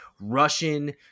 russian